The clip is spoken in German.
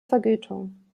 vergütung